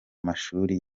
mashuri